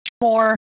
more